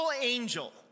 angel